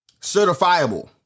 certifiable